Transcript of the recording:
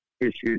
issues